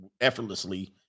effortlessly